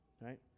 Right